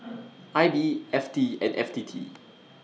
I B F T and F T T